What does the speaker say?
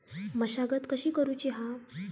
मशागत कशी करूची हा?